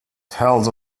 tells